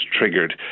triggered